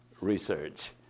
research